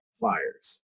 fires